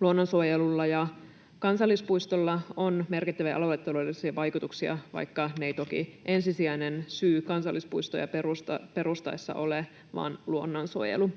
luonnonsuojelulla ja kansallispuistolla on merkittäviä aluetaloudellisia vaikutuksia, vaikka ne eivät toki ensisijainen syy kansallispuistoja perustettaessa ole, vaan luonnonsuojelu.